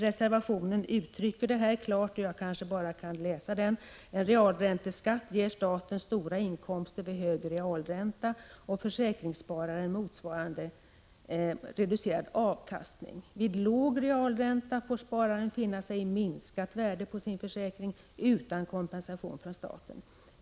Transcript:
Reservationstexten uttrycker detta klart, och jag vill gärna läsa upp den: ”En realränteskatt ger staten stora inkomster vid hög realränta och försäkringsspararen motsvarande reducerad avkastning. Vid låg realränta får spararen finna sig i minskat värde på sin försäkring utan kompensation från staten.